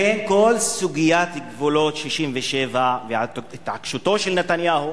לכן, בכל סוגיית גבולות 67' התעקשותו של נתניהו